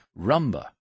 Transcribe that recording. Rumba